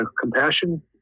compassion